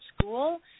school